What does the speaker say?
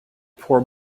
poor